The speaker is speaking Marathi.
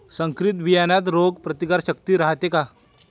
संकरित बियान्यात रोग प्रतिकारशक्ती रायते का?